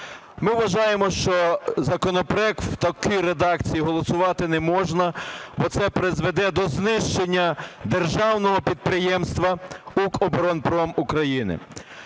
Ми вважаємо, що законопроект у такій редакції голосувати не можна, бо це призведе до знищення державного підприємства "Укроборонпром" України.